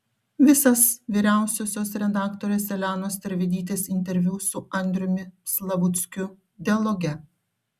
visas vyriausiosios redaktorės elenos tervidytės interviu su andriumi slavuckiu dialoge